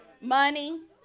money